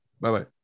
Bye-bye